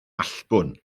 allbwn